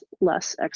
less